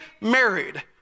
married